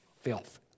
filth